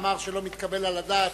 אמר שלא מתקבל על הדעת